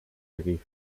takiej